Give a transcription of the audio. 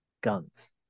guns